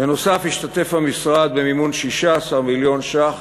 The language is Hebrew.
נוסף על כך השתתף המשרד במימון ב-16 מיליון ש"ח